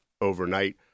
overnight